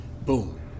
boom